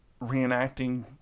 reenacting